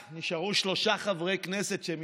בהקשר זה סברו כמה מחברי הוועדה כי יש קושי בכך שחלק